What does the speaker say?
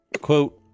Quote